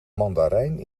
mandarijn